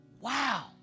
Wow